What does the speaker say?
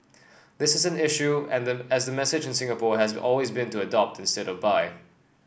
this is an issue and as the message in Singapore has always been to adopt instead of buy